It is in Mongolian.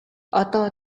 одоо